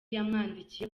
yamwandikiye